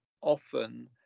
often